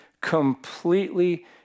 completely